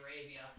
Arabia